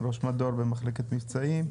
ראש מדור במחלקת מבצעים,